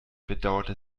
bedauerte